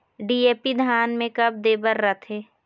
DAP धान मे कब दे बर रथे?